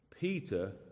Peter